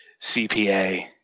CPA